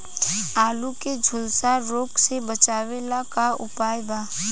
आलू के झुलसा रोग से बचाव ला का उपाय बा?